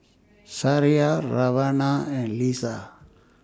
Sariah Rowena and Leisa